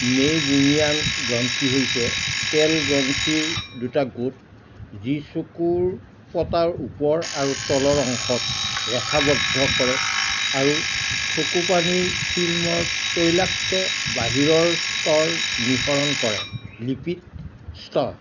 meibomian গ্ৰন্থি হৈছে তেল গ্ৰন্থিৰ দুটা গোট যি চকুৰ পতাৰ ওপৰ আৰু তলৰ অংশত ৰেখাৱদ্ধ কৰে আৰু চকুপানীৰ ফিল্মৰ তৈলাক্ত বাহিৰৰ স্তৰনিঃসৰণ কৰে লিপিড স্তৰ